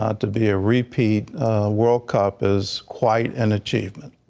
um to be a repeat world cup is quite an achievement.